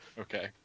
Okay